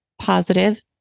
positive